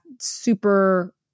super